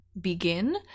begin